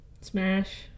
Smash